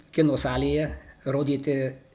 kino salėje rodyti